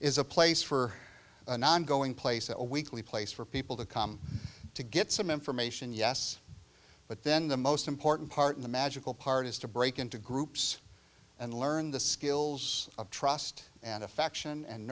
is a place for an ongoing place a weekly place for people to come to get some information yes but then the most important part in the magical part is to break into groups and learn the skills of trust and affection and